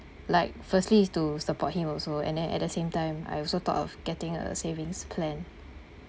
like firstly is to support him also and then at the same time I also thought of getting a savings plan